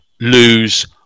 lose